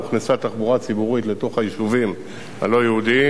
הוכנסה תחבורה ציבורית לתוך היישובים הלא-יהודיים,